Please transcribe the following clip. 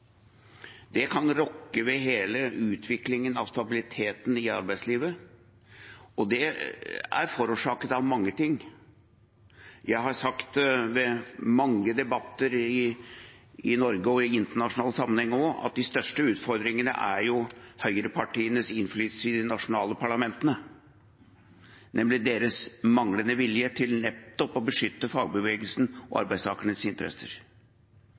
Det kan rokke ved hele utviklingen av stabiliteten i arbeidslivet, og det er forårsaket av mange ting. Jeg har sagt ved mange debatter i Norge, og også i internasjonal sammenheng, at den største utfordringen er høyrepartienes innflytelse i de nasjonale parlamentene, deres manglende vilje til å beskytte fagbevegelsen og arbeidstakernes interesser.